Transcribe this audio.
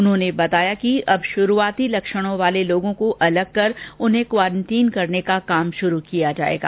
उन्होंने कहा कि अब शुरूआती लक्षणों वाले लोगों को अलग कर उन्हें क्वारन्टीन करने का काम शुरू किया जाएगा